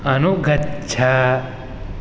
अनुगच्छ